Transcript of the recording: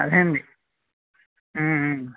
అదేండి